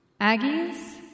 Aggies